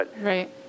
Right